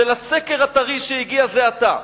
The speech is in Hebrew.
של הסקר הטרי שהגיע זה עתה,